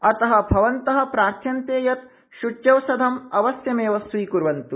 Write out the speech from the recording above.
अतः भवन्तः प्रार्थ्यन्ते यत् सूच्यौषधम् अवश्यमेव स्वीक्र्वन्त्